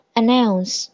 announce